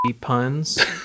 puns